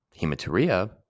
Hematuria